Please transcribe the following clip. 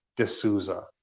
D'Souza